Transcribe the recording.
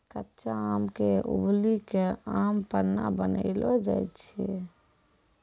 कच्चा आम क उबली कॅ आम पन्ना बनैलो जाय छै